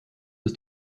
ist